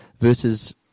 versus